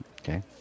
Okay